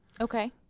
Okay